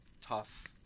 tough